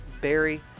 Barry